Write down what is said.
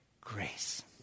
grace